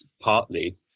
partly